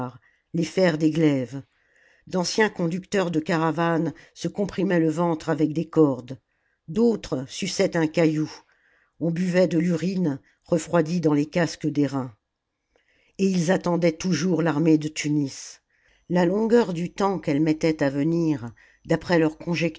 les fers des glaives d'anciens conducteurs de caravanes se comprimaient le ventre avec des cordes d'autres suçaient un caillou on buvait de l'urme refroidie dans les casques d'airain et ils attendaient toujours l'armée de tunis la longueur du temps qu'elle mettait à venir d'après leurs